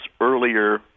earlier